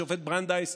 השופט ברנדייס,